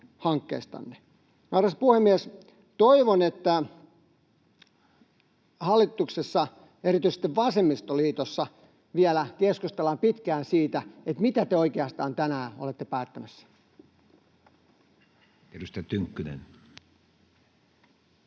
Arvoisa puhemies! Toivon että hallituksessa — erityisesti vasemmistoliitossa — vielä keskustellaan pitkään siitä, mitä te oikeastaan tänään olette päättämässä. Edustaja Tynkkynen.